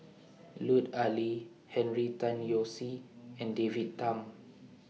Lut Ali Henry Tan Yoke See and David Tham